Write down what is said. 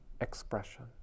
expression